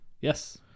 Yes